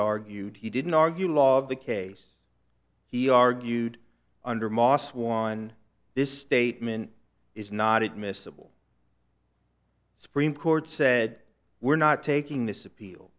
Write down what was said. argued he didn't argue law of the case he argued under moss one this statement is not admissible supreme court said we're not taking this appeal